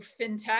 fintech